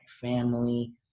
family